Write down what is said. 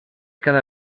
cada